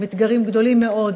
עם אתגרים גדולים מאוד,